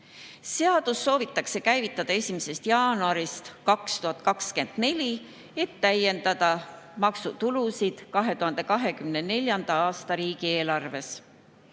Seadust soovitakse käivitada 1. jaanuarist 2024, et täiendada maksutulusid 2024. aasta riigieelarves.